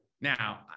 now